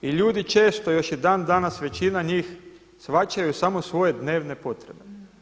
I ljudi često još i dan danas, većina njih shvaćaju samo svoje dnevne potrebe.